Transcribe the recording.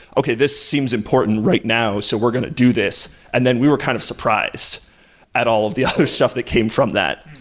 okay. this seems important right now. so we're going to do this, and then we were kind of surprised at all of the other stuff that came from that.